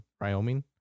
Wyoming